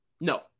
No